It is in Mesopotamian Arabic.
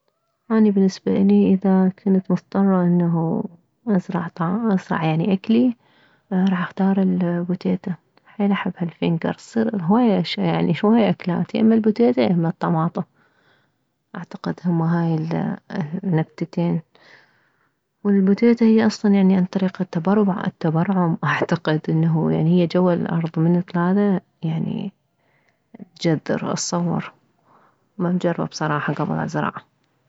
اني بالنسبة الي اذا كنت مضطرة انه ازرع طعام ازرع يعني اكلي فراح اختار البتيتة حيل احبها الفنكر تصير هواية اشياء يعني هواية اكلات يا اما البتيتة يا اما الطماطة اعتقد هم هاي النبتتين والبتيتة هي اصلا عن طريق التبروع التبرعم اعتقد يعني هي جوه الارض تجذر اتصور ممجربة بصراحة كبل ازرع